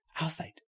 outside